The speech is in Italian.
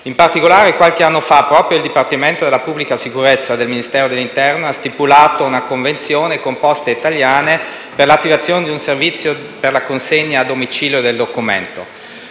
In particolare, qualche anno fa, proprio il dipartimento della pubblica sicurezza del Ministero dell'interno ha stipulato una convenzione con Posteitaliane SpA per l'attivazione di un servizio per la consegna a domicilio del documento.